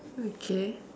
okay